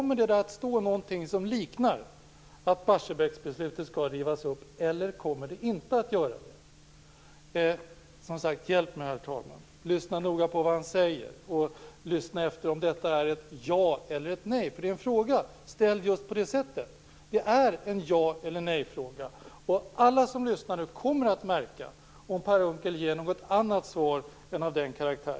Kommer det att stå något som liknar att Barsebäcksbeslutet skall rivas upp, eller kommer det inte att stå något om det? Som sagt, hjälp mig, herr talman! Lyssna noga på vad Per Unckel säger, och lyssna om detta är ett ja eller ett nej, eftersom det är en fråga ställd just på detta sätt. Det är en ja eller nej-fråga. Alla som lyssnar nu kommer att märka om Per Unckel ger ett svar som är av en annan karaktär.